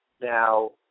now